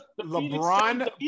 LeBron